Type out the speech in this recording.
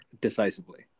decisively